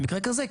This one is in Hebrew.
במקרה כזה,